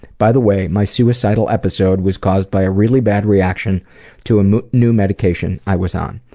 by the way my suicidal episode was caused by a really bad reaction to a new medication i was on.